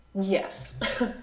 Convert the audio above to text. Yes